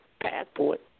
passport